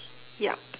yup